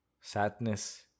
Sadness